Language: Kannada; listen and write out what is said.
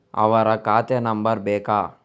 ಅವರ ಖಾತೆ ನಂಬರ್ ಬೇಕಾ?